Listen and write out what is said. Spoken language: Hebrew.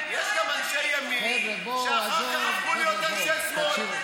יש גם אנשי ימין שאחר כך הפכו להיות אנשי שמאל,